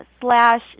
slash